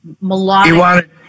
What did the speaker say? melodic